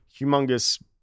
humongous